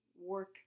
work